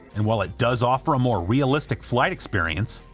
and while it does offer a more realistic flight experience,